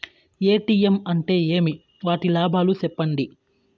ATM అంటే ఏమి? వాటి లాభాలు సెప్పండి